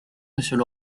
monsieur